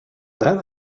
then